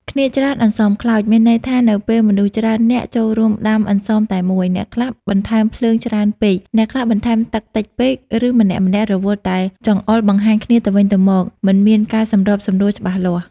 «គ្នាច្រើនអន្សមខ្លោច» មានន័យថានៅពេលមនុស្សច្រើននាក់ចូលរួមដាំអន្សមតែមួយ អ្នកខ្លះបន្ថែមភ្លើងច្រើនពេក អ្នកខ្លះបន្ថែមទឹកតិចពេក ឬម្នាក់ៗរវល់តែចង្អុលបង្ហាញគ្នាទៅវិញទៅមក មិនមានការសម្របសម្រួលច្បាស់លាស់។